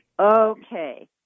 Okay